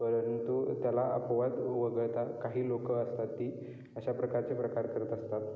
परंतु त्याला अपवाद वगळता काही लोकं असतात ती अशा प्रकारचे प्रकार करत असतात